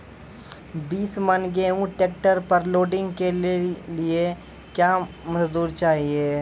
बीस मन गेहूँ ट्रैक्टर पर लोडिंग के लिए क्या मजदूर चाहिए?